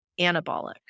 anabolic